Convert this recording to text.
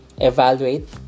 evaluate